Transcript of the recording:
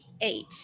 eight